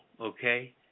okay